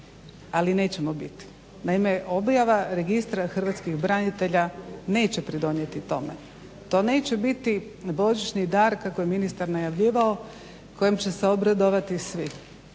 ali nećemo biti. Naime, objava registra hrvatskih branitelja neće pridonijeti tome. To neće biti božićni dar kako je ministar najavljivao kojem će se obradovati svi.